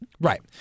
right